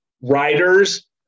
writers